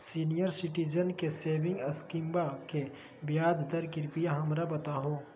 senior citizen के saving स्कीमवा के ब्याज दर कृपया हमरा बताहो